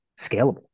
scalable